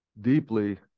deeply